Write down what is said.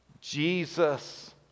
Jesus